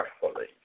carefully